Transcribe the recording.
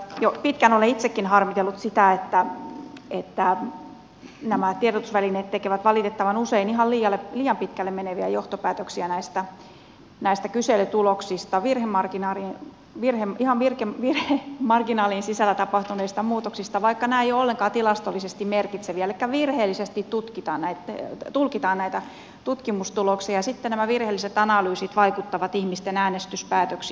jo pitkään olen itsekin harmitellut sitä että tiedotusvälineet tekevät valitettavan usein ihan liian pitkälle meneviä johtopäätöksiä näistä kyselytuloksista ihan virhemarginaalien sisällä tapahtuneista muutoksista vaikka nämä eivät ole ollenkaan tilastollisesti merkitseviä elikkä virheellisesti tulkitaan näitä tutkimustuloksia ja sitten nämä virheelliset analyysit vaikuttavat ihmisten äänestyspäätöksiin